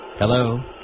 Hello